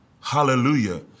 Hallelujah